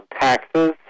taxes